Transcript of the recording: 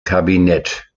kabinett